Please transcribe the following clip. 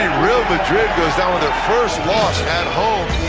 and real madrid goes down with their first loss at home.